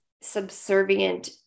subservient